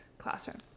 classroom